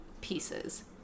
pieces